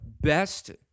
Best